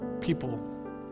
people